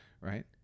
Right